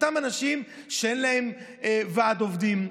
אותם אנשים שאין להם ועד עובדים,